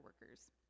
workers